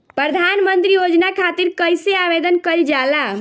प्रधानमंत्री योजना खातिर कइसे आवेदन कइल जाला?